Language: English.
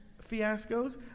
fiascos